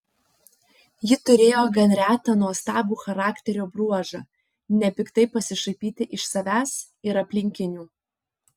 ji turėjo gan retą nuostabų charakterio bruožą nepiktai pasišaipyti iš savęs ir aplinkinių